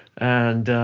and,